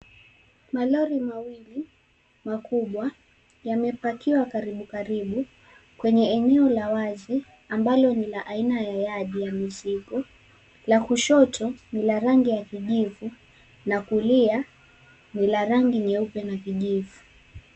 Malori mawili, makubwa, yamepakiwa karibu karibu, kwenye eneo la wazi ambalo ni la ya yadi ya mizigo. La kushoto ni la rangi ya kijivu, la kulia ni la rangi nyeupe na kijivu.